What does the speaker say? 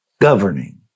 governing